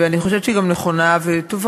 ואני חושבת שהיא גם נכונה וטובה,